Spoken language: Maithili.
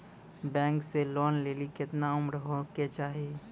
बैंक से लोन लेली केतना उम्र होय केचाही?